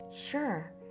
Sure